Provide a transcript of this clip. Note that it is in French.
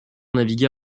navigua